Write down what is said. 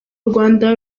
rwanda